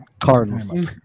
Cardinals